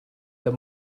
the